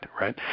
right